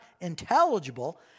intelligible